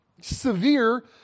severe